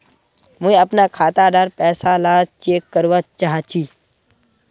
मुई अपना खाता डार पैसा ला चेक करवा चाहची?